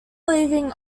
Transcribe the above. leaving